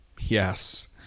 Yes